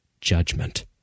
judgment